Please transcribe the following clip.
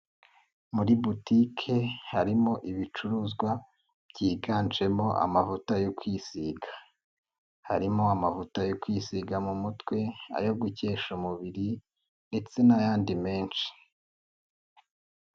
Muri butike harimo ibicuruzwa byiganjemo amavuta yo kwisiga, harimo amavuta yo kwisiga mu mutwe, ayo gukesha umubiri ndetse n'ayandi menshi.